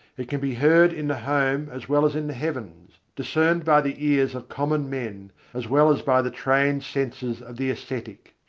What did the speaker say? it can be heard in the home as well as in the heavens discerned by the ears of common men as well as by the trained senses of the ascetic.